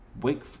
Wake